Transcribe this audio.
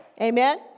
Amen